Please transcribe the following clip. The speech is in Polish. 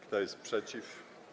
Kto jest przeciw?